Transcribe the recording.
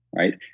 right?